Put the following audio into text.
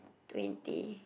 twenty